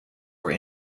were